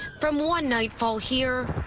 from one nightfall here